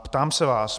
Ptám se vás.